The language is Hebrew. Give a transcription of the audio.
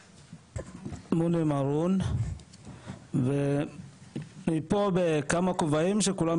מונים אהרון ואני פה בכמה כובעים שכולם